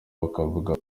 bakavuga